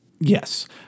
Yes